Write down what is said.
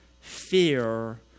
fear